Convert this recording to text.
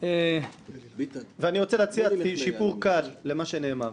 אני רוצה להציע שיפור קל למה שנאמר.